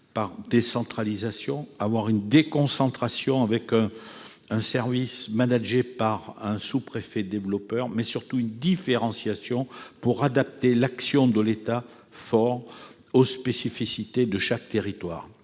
par décentralisation et réaliser une déconcentration avec un service managé par un sous-préfet développeur, mais surtout différencier, pour adapter l'action de l'État fort aux spécificités de chaque territoire.